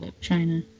China